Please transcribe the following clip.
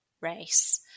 race